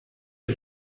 est